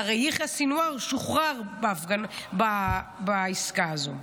הרי יחיא סנוואר שוחרר בעסקה הזו.